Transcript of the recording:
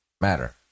matter